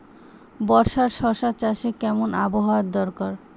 বর্ষার শশা চাষে কেমন আবহাওয়া দরকার?